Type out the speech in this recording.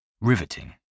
riveting